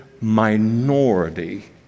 minority